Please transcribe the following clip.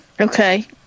Okay